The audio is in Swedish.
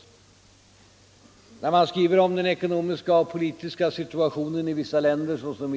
Men när man tar del av beskrivningarna av det oroliga skeendet ute i världen och av den ekonomiska situationen i vissa länder —t.ex.